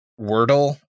Wordle